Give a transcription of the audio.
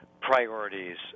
priorities